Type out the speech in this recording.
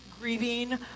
grieving